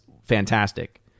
fantastic